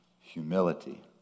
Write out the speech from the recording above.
humility